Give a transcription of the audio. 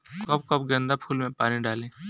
कब कब गेंदा फुल में पानी डाली?